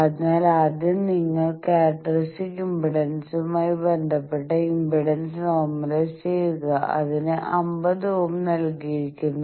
അതിനാൽ ആദ്യം നിങ്ങൾ ക്യാരക്ടർസ്റ്റിക് ഇംപെഡൻസുമായി ബന്ധപ്പെട്ട് ഇംപെഡൻസ് നോർമലൈസ് ചെയ്യുക അതിന് 50 ഓം നൽകിയിരിക്കുന്നു